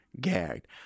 gagged